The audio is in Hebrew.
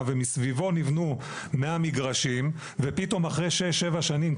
ומסביבו נבנו 100 מגרשים ופתאום אחרי 6-7 שנים,